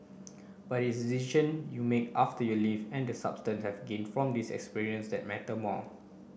but its decision you make after you leave and the substance have gained from this experience that matter more